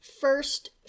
first